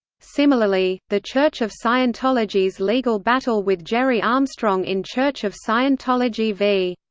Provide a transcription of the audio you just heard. similarly, the church of scientology's legal battle with gerry armstrong in church of scientology v.